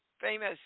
Famous